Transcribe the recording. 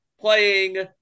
Playing